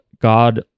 God